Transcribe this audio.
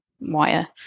wire